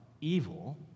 evil